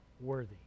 worthy